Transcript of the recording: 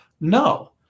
No